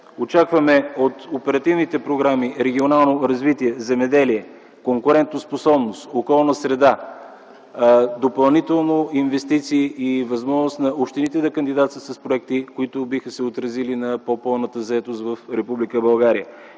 Очакваме от оперативните програми „Регионално развитие”, „Земеделие”, „Конкурентоспособност”, „Околна среда”, допълнителни инвестиции и възможност на общините да кандидатстват с проекти, които биха се отразили на по-пълната заетост в